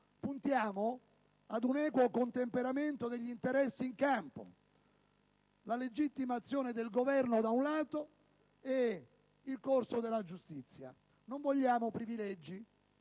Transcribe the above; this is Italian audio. Puntiamo ad un equo contemperamento degli interessi in campo: la legittima azione del Governo, da un lato, e il corso della giustizia, dall'altro. Non vogliamo privilegi,